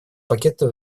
пакета